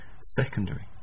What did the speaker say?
secondary